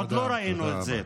עוד לא ראינו את זה.